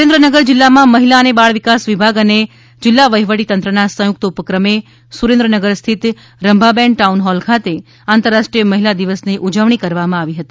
સુરેન્દ્રનગર જીલ્લામાં મહિલા અને બાળ વિકાસ વિભાગ અને જિલ્લા વહીવટી તંત્રના સંયુક્ત ઉપક્રમે સુરેન્દ્રનગર સ્થિત રંભાબેન ટાઉનહોલ ખાતે આંતરાષ્ટ્રીય મહિલા દિવસની ઉજવણી કરવામાં આવી હતી